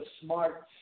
smart